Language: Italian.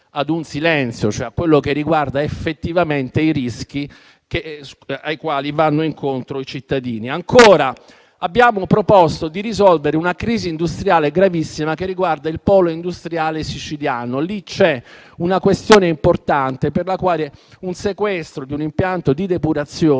ad un silenzio, cioè a quello che riguarda effettivamente i rischi ai quali vanno incontro i cittadini. Abbiamo inoltre proposto di risolvere una crisi industriale gravissima, che riguarda il polo industriale siciliano. In quel caso c'è una questione importante: il sequestro di un impianto di depurazione